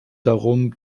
darum